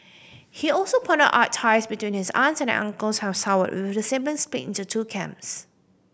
he also pointed out ties between his aunts and uncles have soured with the siblings split into two camps